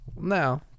Now